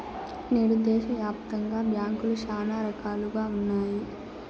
నేడు దేశాయాప్తంగా బ్యాంకులు శానా రకాలుగా ఉన్నాయి